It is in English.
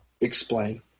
Explain